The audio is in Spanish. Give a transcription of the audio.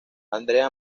andrea